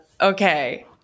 Okay